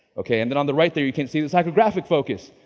okay and then on the right there. you can see the psychographic focus.